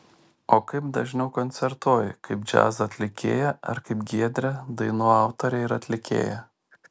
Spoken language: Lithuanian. o kaip dažniau koncertuoji kaip džiazo atlikėja ar kaip giedrė dainų autorė ir atlikėja